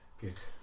Good